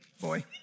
boy